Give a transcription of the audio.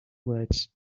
words